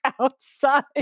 outside